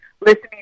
listening